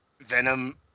venom